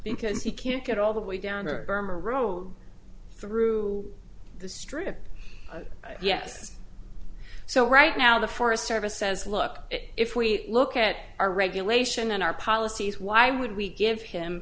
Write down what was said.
because he can't get all the way down her burma road through the strip yes so right now the forest service says look if we look at our regulation and our policies why would we give him